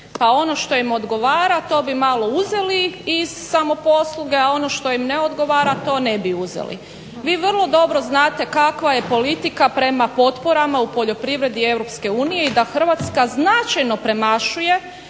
pa ono što im odgovara to bi malo uzeli iz samoposluge a ono što im ne odgovara to ne bi uzeli. Vi vrlo dobro znate kakva je politika prema potporama u poljoprivredi EU i da Hrvatska značajno premašuje